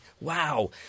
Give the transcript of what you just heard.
Wow